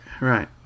right